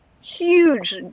huge